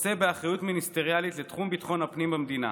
נושא באחריות מיניסטריאלית לתחום ביטחון הפנים במדינה,